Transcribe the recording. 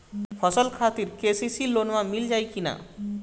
फसल खातिर के.सी.सी लोना मील जाई किना?